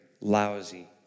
lousy